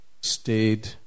stayed